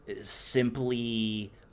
simply